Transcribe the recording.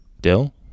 Dill